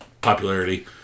popularity